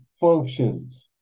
functions